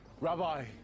Rabbi